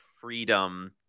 freedom